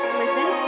listen